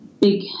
big